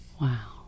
Wow